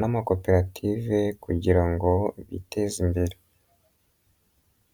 n'amakoperative kugira ngo biteze imbere.